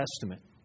Testament